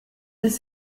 dix